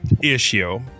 issue